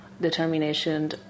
determination